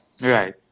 Right